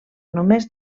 només